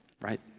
right